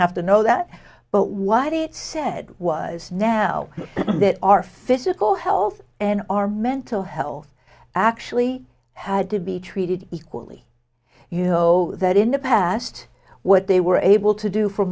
have to know that but what it said was now that our physical health and our mental health actually had to be treated equally you know that in the past what they were able to do for